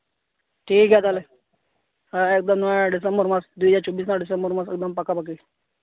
ᱴᱷᱤᱠ ᱜᱮᱭᱟ ᱛᱟᱦᱚᱞᱮ ᱮᱠᱫᱚᱢ ᱦᱮᱸ ᱰᱤᱥᱮᱢᱵᱚᱨ ᱢᱟᱥ ᱫᱩᱦᱟᱡᱟᱨ ᱪᱚᱵᱵᱤᱥ ᱨᱮᱱᱟᱜ ᱰᱤᱥᱮᱢᱵᱚᱨ ᱮᱠᱫᱚᱢ ᱯᱟᱠᱟᱯᱟᱠᱤ